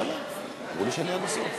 אדוני היושב-ראש,